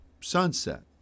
sunset